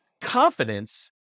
confidence